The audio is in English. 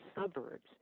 suburbs